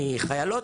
מחיילות,